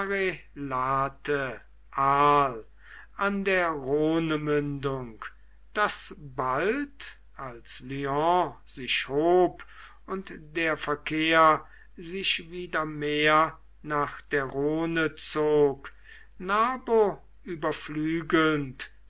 an der rhonemündung das bald als lyon sich hob und der verkehr sich wieder mehr nach der rhone zog narbo